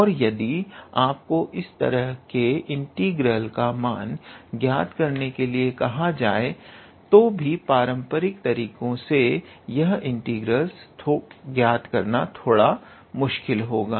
और यदि आपको इस तरह के इंटीग्रल का मान ज्ञात करने के लिए कहा जाए तो भी पारंपरिक तरीकों से यह इंटीग्रलस ज्ञात करना थोड़ा मुश्किल होगा